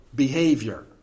behavior